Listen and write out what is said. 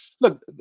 look